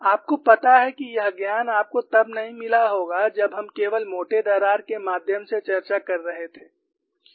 आपको पता है कि यह ज्ञान आपको तब नहीं मिला होगा जब हम केवल मोटे दरार के माध्यम से चर्चा कर रहे थे